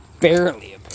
barely